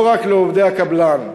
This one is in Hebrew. לא רק לעובדי הקבלן.